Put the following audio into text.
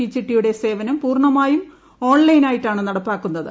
E പ്ലിട്ടിയ്ക്ക്ടെ സേവനം പൂർണ്ണമാ യും ഓൺലൈനായിട്ടാണ് നടപ്പാ്ക്കുന്ന്ത്